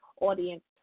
audience